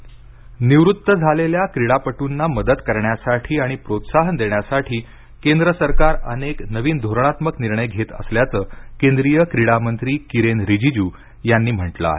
क्रीडा केंद्र निवृत्त झालेल्या क्रीडापटूना मदत करण्यासाठी आणि प्रोत्साहन देण्यासाठी केंद्र सरकार अनेक नवीन धोरणात्मक निर्णय घेत असल्याचं केंद्रीय क्रीडा मंत्री किरेन रीजीजू यांनी म्हटलं आहे